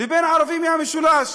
לבין ערבי מהמשולש?